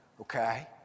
Okay